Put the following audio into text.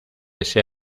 ese